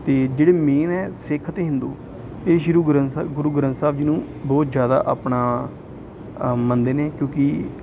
ਅਤੇ ਜਿਹੜੇ ਮੇਨ ਹੈ ਸਿੱਖ ਅਤੇ ਹਿੰਦੂ ਇਹ ਸ਼੍ਰੀ ਗੁਰੂ ਗ੍ਰੰਥ ਸਾਹਿਬ ਗੁਰੂ ਗ੍ਰੰਥ ਸਾਹਿਬ ਜੀ ਨੂੰ ਬਹੁਤ ਜ਼ਿਆਦਾ ਆਪਣਾ ਅ ਮੰਨਦੇ ਨੇ ਕਿਉਂਕਿ